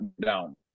down